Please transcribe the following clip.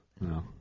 No